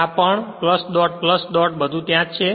આ પણ dot dot બધું ત્યાં છે